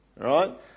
right